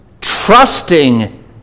trusting